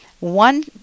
One